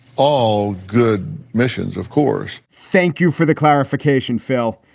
all good missions, of course thank you for the clarification, phil.